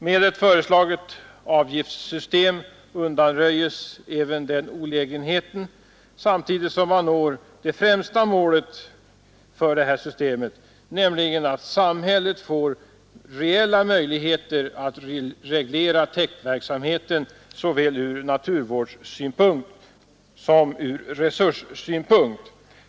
Med ett föreslaget avgiftssystem undanröjes även den olägenheten, samtidigt som man når det främsta målet, nämligen att samhället får reella möjligheter att reglera täktverksamheten såväl från naturvårdssynpunkt som från resurssynpunkt.